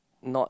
not